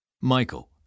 Michael